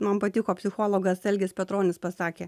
man patiko psichologas algis petronis pasakė